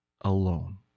alone